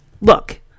look